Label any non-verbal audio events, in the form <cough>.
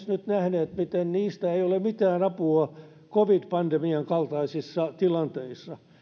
<unintelligible> nyt nähneet myös miten niistä ei ole mitään apua covid pandemian kaltaisissa tilanteissa